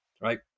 right